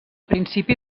principi